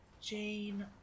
Jane